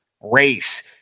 race